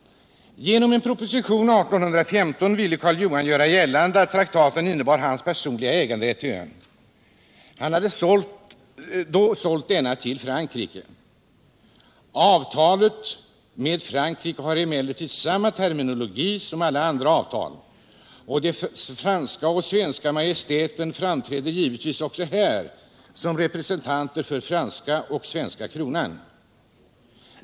Genom en proposition år 1815 ville Karl Johan gör gällande att traktaten innebar hans personliga äganderätt till ön. Han hade då sålt denna till Frankrike. Avtalet med Frankrike har emellertid samma terminologi som alla andra avtal, och de franska och svenska majestäten framträder givetvis också här som representanter för den franska och den svenska kronan.